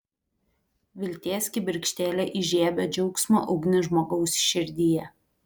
vilties kibirkštėlė įžiebia džiaugsmo ugnį žmogaus širdyje